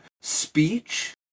speech